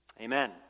Amen